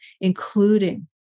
including